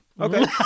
Okay